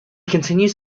continues